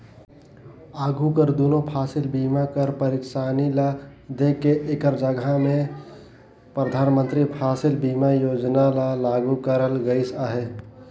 आघु कर दुनो फसिल बीमा कर पइरसानी ल देख के एकर जगहा में परधानमंतरी फसिल बीमा योजना ल लागू करल गइस अहे